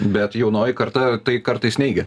bet jaunoji karta tai kartais neigia